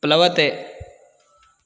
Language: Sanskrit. प्लवते